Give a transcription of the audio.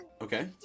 okay